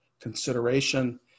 consideration